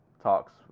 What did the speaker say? talks